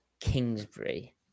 Kingsbury